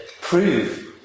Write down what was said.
prove